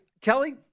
Kelly